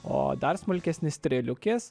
o dar smulkesni strėliukės